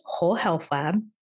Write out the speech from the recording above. wholehealthlab